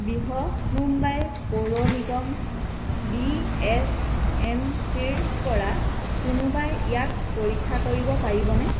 বৃহৎ মুম্বাই পৌৰনিগম B H M চিৰ পৰা কোনোবাই ইয়াক পৰীক্ষা কৰিব পাৰিবনে